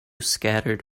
scattered